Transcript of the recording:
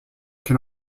can